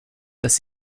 dass